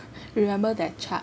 remember that chart